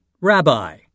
rabbi